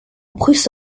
prusse